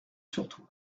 surtout